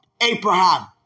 Abraham